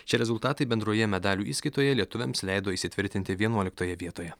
šie rezultatai bendroje medalių įskaitoje lietuviams leido įsitvirtinti vienuoliktoje vietoje